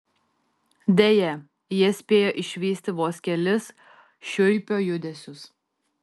deja jie spėjo išvysti vos kelis šiuipio judesius